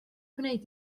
gwneud